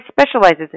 specializes